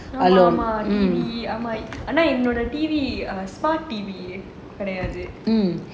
ஆனா என்னோட:aana ennoda T_V smart T_V கிடையாது:kidaiyaathu